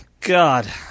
God